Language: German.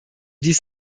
dies